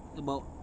about